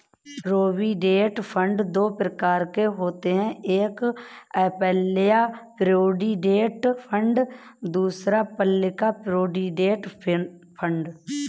provident fund दो प्रकार का होता है एक एंप्लॉय प्रोविडेंट फंड दूसरा पब्लिक प्रोविडेंट फंड